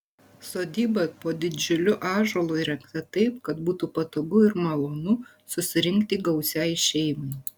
sodyba po didžiuliu ąžuolu įrengta taip kad būtų patogu ir malonu susirinkti gausiai šeimai